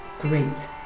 Great